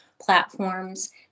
platforms